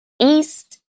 east